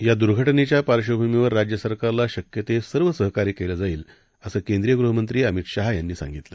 यादुर्घानेच्यापार्श्वभूमीवरराज्यसरकारलाशक्यतेसर्वसहकार्यकेलं जाईलअसंकेंद्रीयगृहमंत्रीअमितशहायांनीसांगितलं